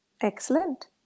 excellent